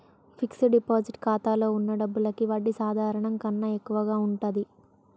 fixed deposit ఖాతాలో వున్న డబ్బులకి వడ్డీ సాధారణం కన్నా ఎక్కువగా ఉంటది